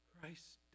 Christ